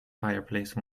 fireplace